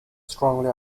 strongly